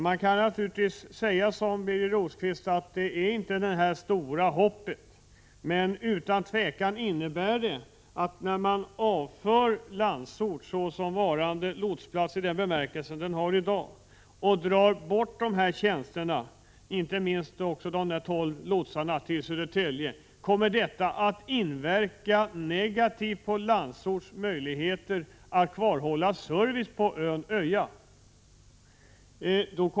Man kan naturligtvis säga, som Birger Rosqvist gjorde, att det här inte är något stort hopp, men när man avför Landsort som lotsplats i den bemärkelse som Landsort nu är det och tar bort tjänster — jag tänker då inte minst på de tolv lotsar som överförs till Södertälje — inverkar det utan tvivel negativt på Landsorts möjligheter att behålla service på ön Öja.